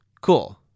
cool